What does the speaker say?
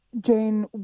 Jane